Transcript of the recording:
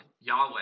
Yahweh